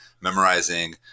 memorizing